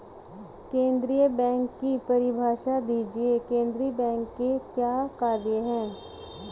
केंद्रीय बैंक की परिभाषा दीजिए केंद्रीय बैंक के क्या कार्य हैं?